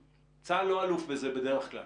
צבא הגנה לישראל לא אלוף בזה בדרך כלל.